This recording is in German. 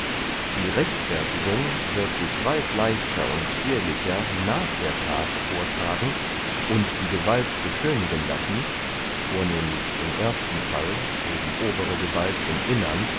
die rechtfertigung wird sich weit leichter und zierlicher nach der that vortragen und die gewalt beschönigen lassen vornehmlich im ersten fall wo die obere gewalt im innern